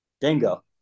Dingo